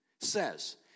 says